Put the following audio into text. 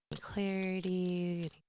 Clarity